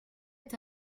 est